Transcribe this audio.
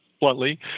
bluntly